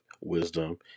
wisdom